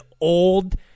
old